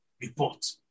report